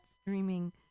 streaming